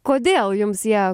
kodėl jums jie